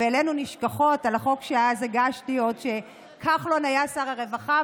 העלינו נשכחות על החוק שאז הגשתי עוד כשכחלון היה שר הרווחה,